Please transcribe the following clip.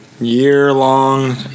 year-long